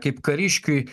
kaip kariškiui